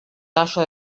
tallo